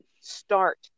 Start